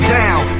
down